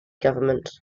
government